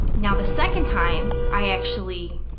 now the second time, i actually